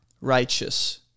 Righteous